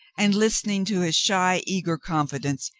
and, listening to his shy, eager confidence,